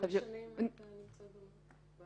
כמה שנים את נמצאת בזה?